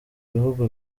ibihugu